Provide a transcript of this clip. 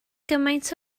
gymaint